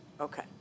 Okay